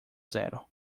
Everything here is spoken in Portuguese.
zero